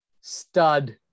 stud